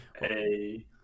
hey